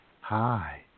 Hi